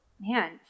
Man